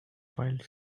filed